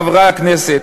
חברי חברי הכנסת,